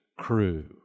crew